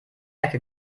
ecke